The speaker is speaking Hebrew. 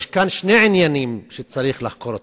יש כאן שני עניינים שצריך לחקור אותם,